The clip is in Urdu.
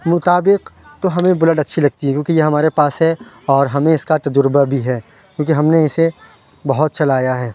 مطابق تو ہمیں بلیٹ اچھی لگتی ہے کیونکہ ہمارے پاس ہے اور ہمیں اس کا تجربہ بھی ہے کیونکہ ہم نے اسے بہت چلایا ہے